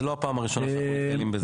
זה לא הפעם הראשונה שאנחנו נתקלים בזה.